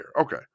Okay